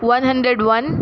one hundred one